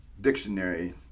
Dictionary